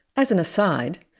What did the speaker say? as an aside,